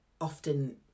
often